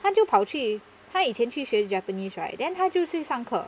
他就跑去他以前去学 japanese right then 他就去上课